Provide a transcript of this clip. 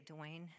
Dwayne